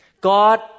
God